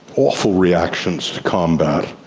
awful reactions to combat,